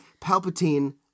Palpatine